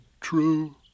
True